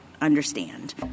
understand